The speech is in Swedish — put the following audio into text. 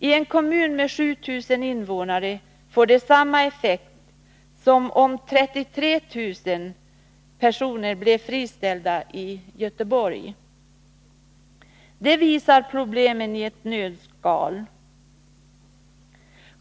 I en kommun med 7 000 invånare får det samma effekt som om 33 000 personer blev friställda i Göteborg. Det visar problemen i ett nötskal.